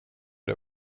det